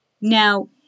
Now